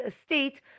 estate